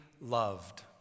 loved